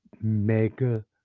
mega